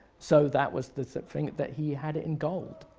so that was the thing that he had it in gold.